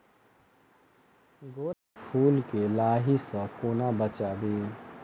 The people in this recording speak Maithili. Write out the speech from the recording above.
गोट केँ फुल केँ लाही सऽ कोना बचाबी?